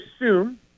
assume